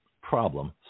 Problem